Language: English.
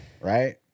Right